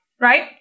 right